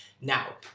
Now